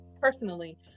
personally